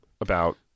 about-